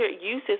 uses